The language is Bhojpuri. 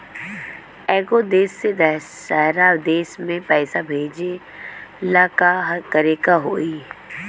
एगो देश से दशहरा देश मे पैसा भेजे ला का करेके होई?